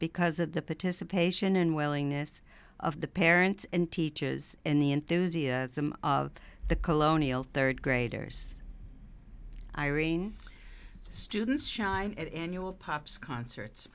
because of the participation and willingness of the parents and teachers and the enthusiasm of the colonial third graders irene students shine at annual pops concerts